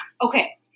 Okay